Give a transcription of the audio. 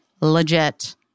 legit